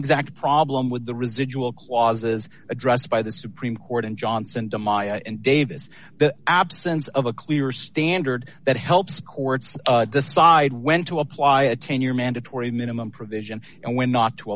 exact problem with the residual clauses addressed by the supreme court and johnson to maya and davis the absence of a clear standard that helps courts decide when to apply a ten year mandatory minimum provision and when not to